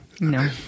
No